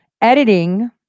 editing